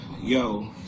Yo